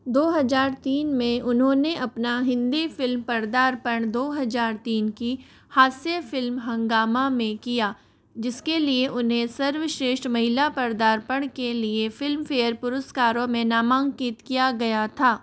दो हजार तीन में उन्होंने अपना हिंदी फ़िल्म पदार्पण दो हजार तीन की हास्य फ़िल्म हंगामा में किया जिसके लिए उन्हें सर्वश्रेष्ठ महिला पदार्पण के लिए फ़िल्मफ़ेयर पुरस्कारों में नामांकित किया गया था